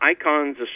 icons